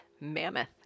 Mammoth